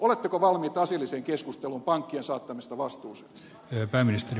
oletteko valmiit asialliseen keskusteluun pankkien saattamisesta vastuuseen